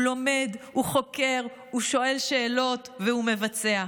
הוא לומד, הוא חוקר, הוא שואל שאלות והוא מבצע.